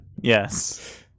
Yes